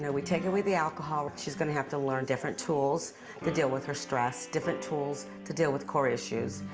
and we take away the alcohol. she's gonna have to learn different tools to deal with her stress, different tools to deal with core issues,